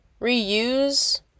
reuse